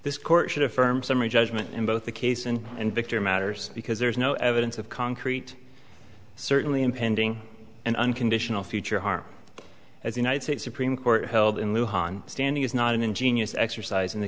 this court should affirm summary judgment in both the case and and victor matters because there is no evidence of concrete certainly impending and unconditional future harm as the united states supreme court held in lieu hon standing is not an ingenious exercise in the